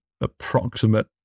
approximate